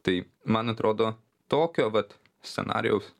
tai man atrodo tokio vat scenarijaus